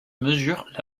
mesure